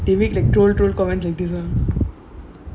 they make like troll troll comment like this all